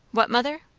what, mother?